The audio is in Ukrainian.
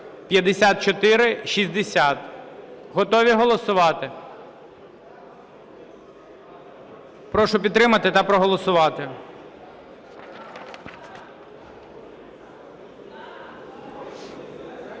Готові голосувати? Прошу підтримати та проголосувати.